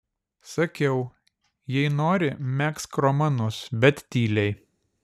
sakiau jei nori megzk romanus bet tyliai